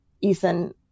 Ethan